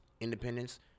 independence